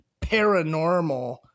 paranormal